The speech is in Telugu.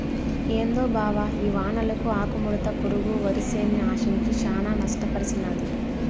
ఏందో బావ ఈ వానలకు ఆకుముడత పురుగు వరిసేన్ని ఆశించి శానా నష్టపర్సినాది